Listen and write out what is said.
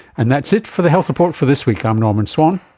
and that's it for the health report for this week, i'm norman swan,